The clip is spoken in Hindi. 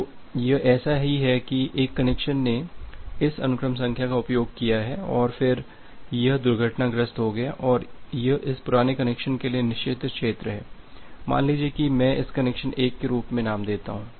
तो यह ऐसा ही है कि एक कनेक्शन ने इस अनुक्रम संख्या का उपयोग किया है और फिर यह दुर्घटनाग्रस्त हो गया और यह इस पुराने कनेक्शन के लिए निषिद्ध क्षेत्र है मान लीजिए कि मैं इसे कनेक्शन 1 के रूप में नाम देता हूं